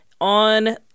on